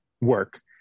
work